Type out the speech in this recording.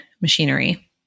machinery